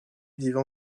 vivent